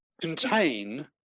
contain